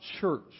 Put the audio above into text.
church